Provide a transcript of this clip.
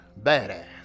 badass